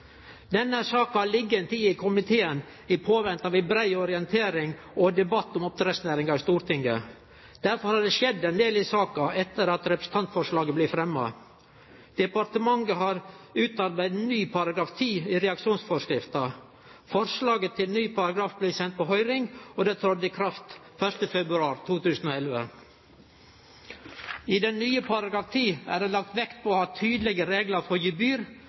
Denne saka har lege ei tid i komiteen i påvente av ei brei orientering og debatt om oppdrettsnæringa i Stortinget. Derfor har det skjedd ein del i saka etter at representantforslaget blei fremma. Departementet har utarbeidd ny § 10 i reaksjonsforskrifta. Forslaget til ny paragraf blei sendt på høyring, og han trådde i kraft 1. februar 2011. I den nye § 10 er det lagt vekt på å ha tydelege reglar for gebyr,